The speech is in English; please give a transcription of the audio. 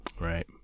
Right